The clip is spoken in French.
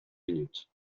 minutes